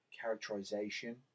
characterization